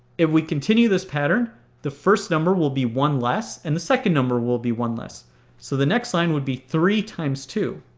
if we continue this pattern the first number will be one less and the second number will be one less so the next line would be three times two.